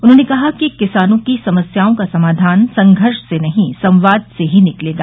उन्होंने कहा किसानों की समस्याओं का समाधान संघर्ष से नहीं संवाद से ही निकलेगा